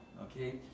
Okay